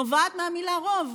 נובעת מהמילה רוב,